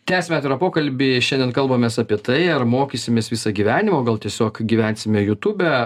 tęsiame atvirą pokalbį šiandien kalbamės apie tai ar mokysimės visą gyvenimą o gal tiesiog gyvensime youtube